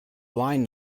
line